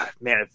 man